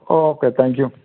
okay thank you